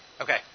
Okay